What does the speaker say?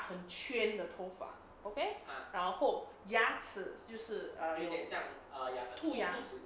很圈的头发 okay 然后牙齿就是 err 有兔牙